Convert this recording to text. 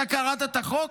אתה קראת את החוק?